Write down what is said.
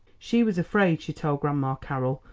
she was afraid, she told grandma carroll,